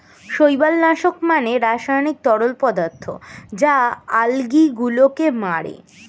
শৈবাল নাশক মানে রাসায়নিক তরল পদার্থ যা আলগী গুলোকে মারে